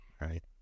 Right